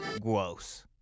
Gross